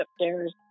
upstairs